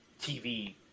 TV